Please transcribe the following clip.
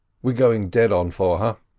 we're going dead on for her.